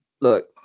look